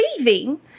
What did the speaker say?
leaving